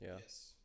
Yes